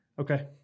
Okay